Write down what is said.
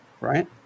right